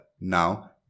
Now